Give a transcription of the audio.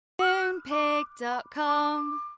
Moonpig.com